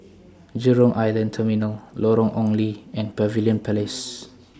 Jurong Island Terminal Lorong Ong Lye and Pavilion Place